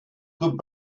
good